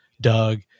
Doug